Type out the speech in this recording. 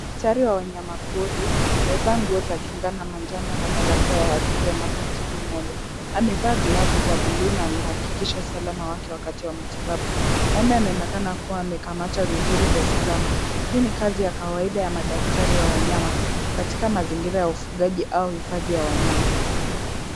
Daktari wa wanyama pori, amevaa nguo za kinga za manjano na barakoa ya hatari anapomtibu ng'ombe . Amevaa glavu za buluu na amehakikisha usalama wake wakati wa matibabu. Ng'ombe anaonekana kuwa amekamatwa vizuri kwa usalama. Hii ni kazi ya kawaida ya madaktari wa wanyama katika mazingira ya ufugaji au hifadhi ya wanyama.